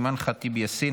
אימאן ח'טיב יאסין,